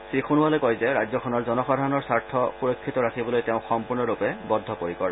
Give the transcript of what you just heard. শ্ৰীসোণোৱালে কয় যে ৰাজ্যখনৰ জনসাধাৰণৰ স্বাৰ্থ সুৰক্ষিত ৰাখিবলৈ তেওঁ সম্পূৰ্ণৰূপে বদ্ধপৰিকৰ